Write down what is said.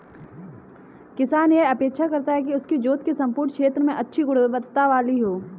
किसान यह अपेक्षा करता है कि उसकी जोत के सम्पूर्ण क्षेत्र में अच्छी गुणवत्ता वाली हो